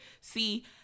See